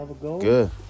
good